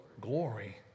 Glory